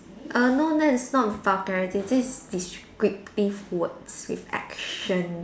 err no not that is not vulgarity this is descriptive words with action